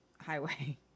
highway